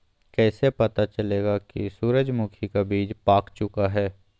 कैसे पता चलेगा की सूरजमुखी का बिज पाक चूका है?